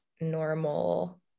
normal